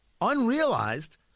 Unrealized